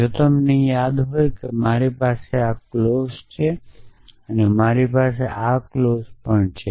જો તમને યાદ હોય તો મારી પાસે આ ક્લૉજ છે અને મારી પાસે આ ક્લૉજ છે